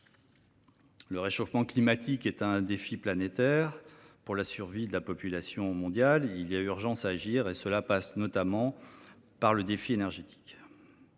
Le réchauffement climatique est un défi planétaire pour la survie de la population mondiale. Il y a urgence à agir, et cela passe notamment par le défi énergétique.